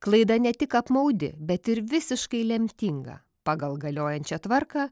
klaida ne tik apmaudi bet ir visiškai lemtinga pagal galiojančią tvarką